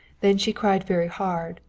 then she cried very hard,